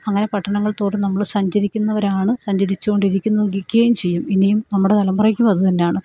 അങ്ങനെ പട്ടണങ്ങൾതോറും നമ്മൾ സഞ്ചരിക്കുന്നവരാണ് സഞ്ചരിച്ചുകൊണ്ട് ഇരിക്കുന്നു ഇരിക്കുകയും ചെയ്യും ഇനിയും നമ്മുടെ തലമുറയ്ക്കും അതു തന്നെന്നാണ്